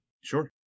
Sure